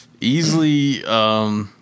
Easily